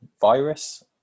virus